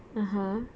(uh huh)